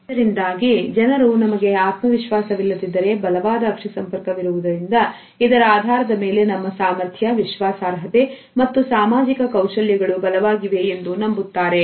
ಇದರಿಂದಾಗಿ ಜನರು ನಮಗೆ ಆತ್ಮವಿಶ್ವಾಸ ವಿಲ್ಲದಿದ್ದರೆ ಬಲವಾದ ಅಕ್ಷಿ ಸಂಪರ್ಕ ವಿರುವುದರಿಂದ ಇದರ ಆಧಾರದ ಮೇಲೆ ನಮ್ಮ ಸಾಮರ್ಥ್ಯ ವಿಶ್ವಾಸಾರ್ಹತೆ ಮತ್ತು ಸಾಮಾಜಿಕ ಕೌಶಲ್ಯಗಳು ಬಲವಾಗಿವೆ ಎಂದು ನಂಬುತ್ತಾರೆ